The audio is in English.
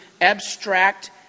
abstract